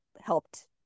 helped